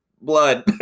blood